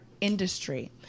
industry